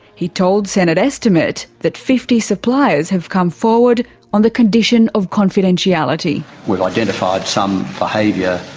he told senate estimate that fifty suppliers have come forward on the condition of confidentiality. we have identified some behaviour,